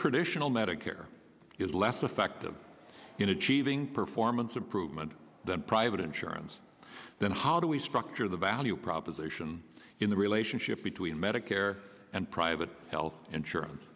predation on medicare is less effective in achieving performance improvement than private insurance then how do we structure the value proposition in the relationship between medicare and private health insurance